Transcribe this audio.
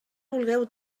vulgueu